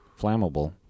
Flammable